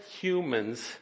humans